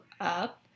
up